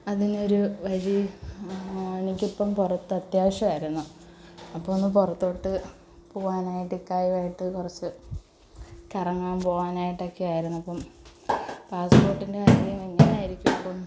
അതിനൊരു വഴി എനിക്കിപ്പം പുറത്ത് അത്യാവശ്യമായിരുന്നു അപ്പോൾ ഒന്നു പുറത്തോട്ട് പോകാനായിട്ട് ഇക്കായുവായിട്ട് കുറച്ച് കറങ്ങാൻ പോവാനായിട്ടൊക്കെ ആയിരുന്നു അപ്പം പാസ്പോർട്ടിൻ്റെ കാര്യം എങ്ങനെയായിരിക്കും അപ്പം